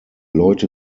leute